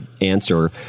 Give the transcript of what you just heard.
answer